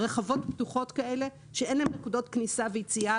רחבות פתוחות כאלה שאין להן נקודות כניסה ויציאה,